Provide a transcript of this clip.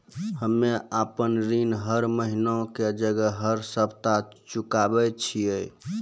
हम्मे आपन ऋण हर महीना के जगह हर सप्ताह चुकाबै छिये